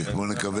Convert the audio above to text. שואל